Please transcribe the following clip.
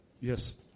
Yes